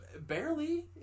Barely